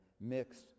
mixed